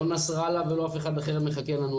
לא נסראללה ולא אף אחד אחר מחכה לנו,